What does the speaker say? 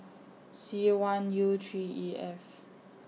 C one U three E F